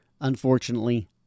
unfortunately